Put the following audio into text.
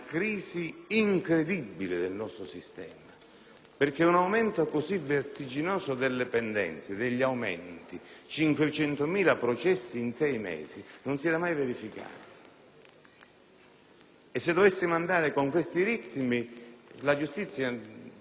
Un aumento così vertiginoso delle pendenze, con 500.000 nuovi processi in sei mesi, non si era mai verificato. Se si dovesse continuare con questi ritmi, la giustizia non solo sarebbe paralizzata,